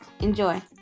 Enjoy